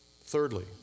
Thirdly